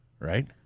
Right